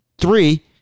Three